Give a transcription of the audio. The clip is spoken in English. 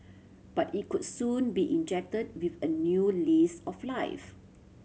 but it could soon be injected with a new lease of life